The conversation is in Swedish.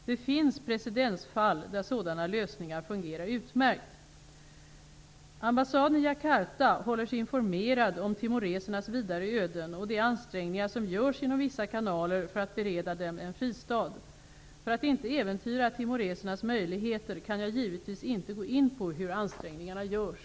Det finns precedensfall där sådana lösningar har fungerat utmärkt. Ambassaden i Jakarta håller sig informerad om timoresernas vidare öden och de ansträningar som görs genom vissa kanaler för att bereda dem en fristad. För att inte äventyra timoresernas möjligheter kan jag givetvis inte gå in på hur ansträngningarna görs.